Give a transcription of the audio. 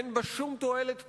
אין בה שום תועלת פוליטית.